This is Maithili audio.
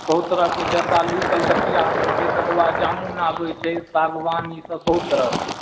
बहुत तरहके जर्दालु कलकतिआ होइत छै तकरबाद जामुन आबैत छै बागवानीसँ बहुत तरहके